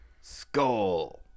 Skull